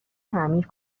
تعمیر